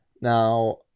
now